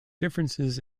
differences